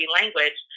language